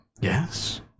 Yes